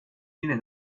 yine